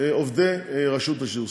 עובדי רשות השידור.